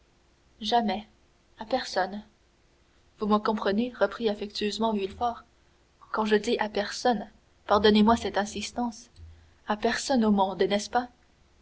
jamais à personne vous me comprenez reprit affectueusement villefort quand je dis à personne pardonnez-moi cette insistance à personne au monde n'est-ce pas